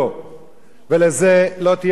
ולזה לא תהיה שום תשובה,